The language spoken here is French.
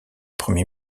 premier